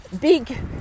big